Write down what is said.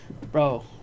Bro